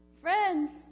Friends